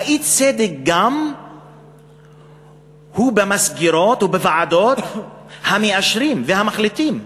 האי-צדק הוא גם במסגרות ובוועדות המאשרות והמחליטות,